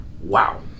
wow